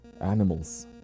animals